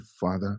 Father